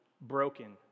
broken